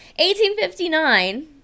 1859